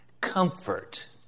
comfort